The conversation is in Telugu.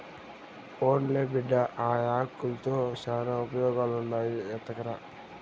పోన్లే బిడ్డా, ఆ యాకుల్తో శానా ఉపయోగాలుండాయి ఎత్తకరా